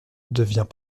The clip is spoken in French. devient